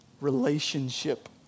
relationship